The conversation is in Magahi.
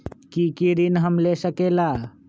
की की ऋण हम ले सकेला?